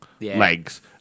legs